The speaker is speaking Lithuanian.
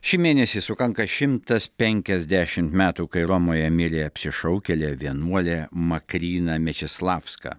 šį mėnesį sukanka šimtas penkiasdešimt metų kai romoje mirė apsišaukėlė vienuolė makrina mečislavska